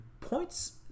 points